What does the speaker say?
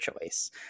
choice